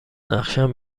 نقشم